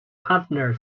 partner